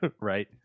Right